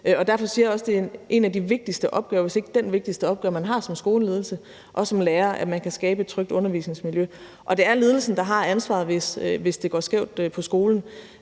Derfor siger jeg også, det er en af de vigtigste – hvis ikke den vigtigste – opgave, man har som skoleledelse og som lærer, at man kan skabe et trygt undervisningsmiljø. Og det er ledelsen, der har ansvaret, hvis det går skævt på skolen,